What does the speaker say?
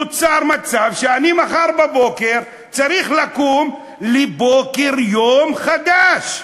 נוצר מצב שאני מחר בבוקר צריך לקום לבוקר יום חדש.